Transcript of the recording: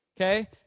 okay